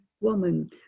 woman